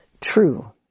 true